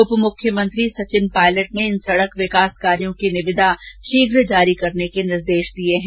उप मुख्यमंत्री सचिन पायलट ने इन सड़क विकास कार्यो की निविदाएं शीघ्र जारी करने के निर्देश दिए है